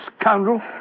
scoundrel